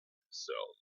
himself